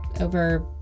over